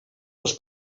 los